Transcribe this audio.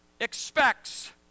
expects